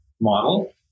model